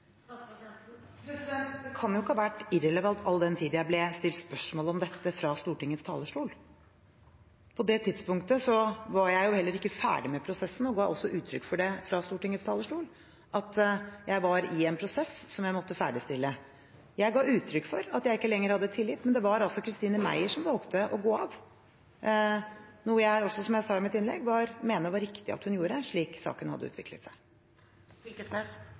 Det kan ikke ha vært irrelevant, all den tid jeg ble stilt spørsmål om dette fra Stortingets talerstol. På det tidspunktet var jeg heller ikke ferdig med prosessen og ga også uttrykk for det fra Stortingets talerstol, at jeg var i en prosess som jeg måtte ferdigstille. Jeg ga uttrykk for at jeg ikke lenger hadde tillit. Men det var Christine Meyer som valgte å gå av, noe jeg også – som jeg sa i mitt innlegg – mener var riktig at hun gjorde, slik saken hadde utviklet